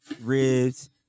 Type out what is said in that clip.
ribs